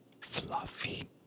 fluffy